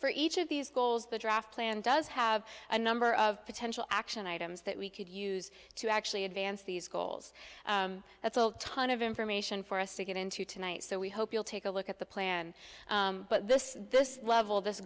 for each of these goals the draft plan does have a number of potential action items that we could use to actually advance these goals that's a ton of information for us to get into tonight so we hope you'll take a look at the plan but this this level this